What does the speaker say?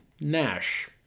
Nash